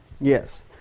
Yes